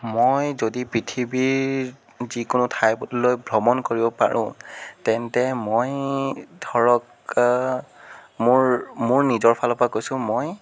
মই যদি পৃথিৱীৰ যিকোনো ঠাই লৈ ভ্ৰমণ কৰিব পাৰোঁ তেন্তে মই ধৰক মোৰ মোৰ নিজৰ ফালৰপৰা কৈছোঁ মই